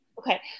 Okay